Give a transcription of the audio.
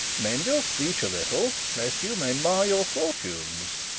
mend your speech a little, lest you may mar your fortunes.